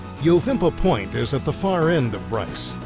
yovimpa point is at the far end of bryce,